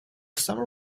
summer